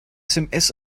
sms